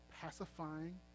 pacifying